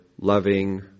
loving